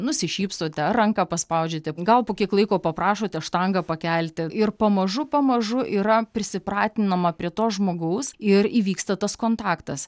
nusišypsote ar ranką paspaudžiate gal po kiek laiko paprašote štangą pakelti ir pamažu pamažu yra prisipratinama prie to žmogaus ir įvyksta tas kontaktas